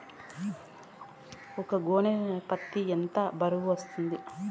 ఒక గోనె పత్తి ఎంత బరువు వస్తుంది?